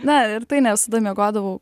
na ir tai ne visada miegodavau